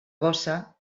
gossa